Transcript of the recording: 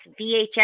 VHS